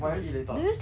what you want eat later